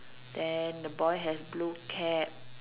then the boy has blue cap